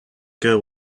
girl